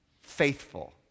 faithful